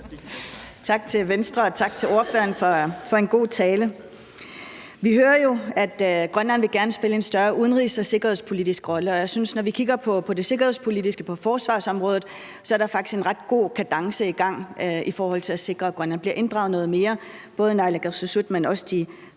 Tak til Venstre, og tak til ordføreren for en god tale. Vi hører jo, at Grønland gerne vil spille en større udenrigs- og sikkerhedspolitisk rolle, og jeg synes, at når vi kigger på det sikkerhedspolitiske på forsvarsområdet, er der faktisk en ret god kadence i gang i forhold til at sikre, at Grønland – både naalakkersuisut, men også de